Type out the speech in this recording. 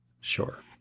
Sure